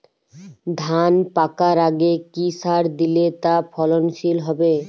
ধান পাকার আগে কি সার দিলে তা ফলনশীল হবে?